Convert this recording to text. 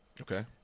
okay